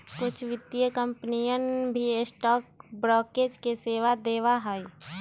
कुछ वित्तीय कंपनियन भी स्टॉक ब्रोकरेज के सेवा देवा हई